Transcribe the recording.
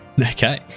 Okay